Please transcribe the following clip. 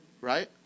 right